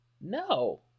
No